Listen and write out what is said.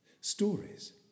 Stories